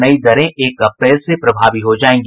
नये दरें एक अप्रैल से प्रभावी हो जायेंगी